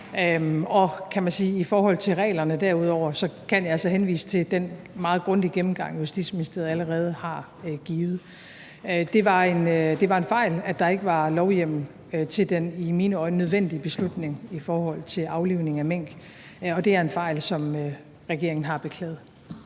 Og i forhold til reglerne derudover kan jeg altså henvise til den meget grundige gennemgang, som Justitsministeriet allerede har givet. Det var en fejl, at der ikke var lovhjemmel til den i mine øjne nødvendige beslutning i forhold til aflivning af mink, og det er en fejl, som regeringen har beklaget.